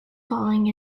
falling